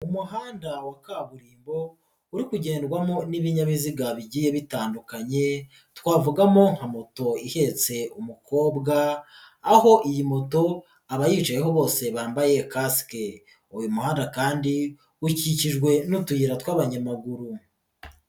Umuhanda wa kaburimbo uri kugenrwamo n'ibinyabiziga bigiye bitandukanye twavugamo nka moto ihetse umukobwa aho iyi moto abayicayeho bose bambaye kasike, uyu muhanda kandi ukikijwe n'utuyira tw'abanyamaguru.